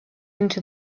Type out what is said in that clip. into